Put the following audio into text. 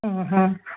ಹಾಂ ಹಾಂ